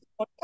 podcast